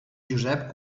josep